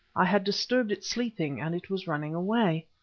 i had disturbed it sleeping, and it was running away.